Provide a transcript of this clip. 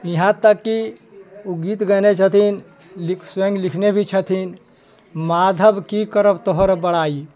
इहाँ तक कि ओ गीत गयने छथिन स्वयं लिखने भी छथिन माधव की करब तोहर बड़ाइ